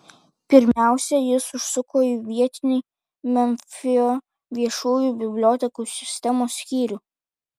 pirmiausia jis užsuko į vietinį memfio viešųjų bibliotekų sistemos skyrių